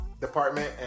department